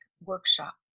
Workshop